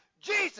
Jesus